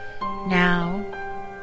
Now